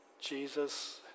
Jesus